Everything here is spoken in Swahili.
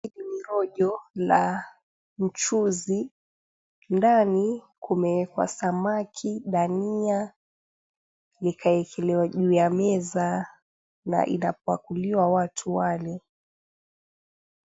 Rojo la mchuzi ndani kumewekwa samaki, dhania, likawekelewa juu ya meza, na inapakuliwa watu wale.